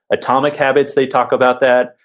atomic habits, they talk about that.